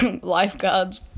lifeguards